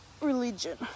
religion